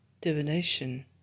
Divination